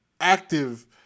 active